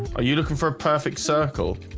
ah you looking for a perfect circle?